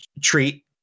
treat